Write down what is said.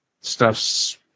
Stuff's